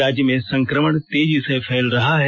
राज्य में संक्रमण तेजी से फैल रहा है